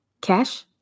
Cash